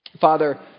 Father